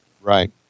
Right